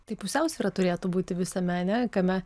tai pusiausvyra turėtų būti visame ar ne kame